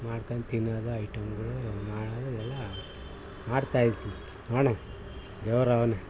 ಮಾಡ್ಕಂಡು ತಿನ್ನೋದು ಐಟಮ್ಗಳು ಮಾಡೋದು ಎಲ್ಲ ಮಾಡ್ತಾಯಿರ್ತೀವಿ ನೋಡೋಣ ದೇವ್ರು ಅವನೆ